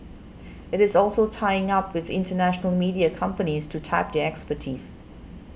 it is also tying up with international media companies to tap their expertise